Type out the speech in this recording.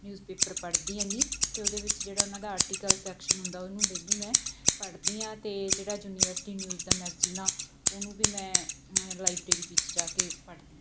newspaper ਪੜ੍ਹਦੀ ਹੈਗੀ ਅਤੇ ਉਹਦੇ ਵਿਚ ਜਿਹੜਾ ਉਨ੍ਹਾਂ ਦਾ ਆਰਟੀਕਲ ਸੈਕਸ਼ਨ ਹੁੰਦਾ ਉਹਨੂੰ ਡੇਲੀ ਮੈਂ ਪੜ੍ਹਦੀ ਹਾਂ ਅਤੇ ਜਿਹੜਾ ਯੂਨੀਵਰਸਿਟੀ ਨਿਊਜ਼ ਦਾ ਮੈਗਜੀਨ ਆ ਉਹਨੂੰ ਵੀ ਮੈਂ ਲਾਇਬ੍ਰੇਰੀ ਵਿੱਚ ਜਾ ਕੇ ਪੜ੍ਹਦੀ ਹਾਂ